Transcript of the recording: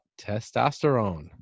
testosterone